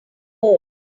heard